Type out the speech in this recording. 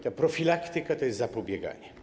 Ta profilaktyka to jest zapobieganie.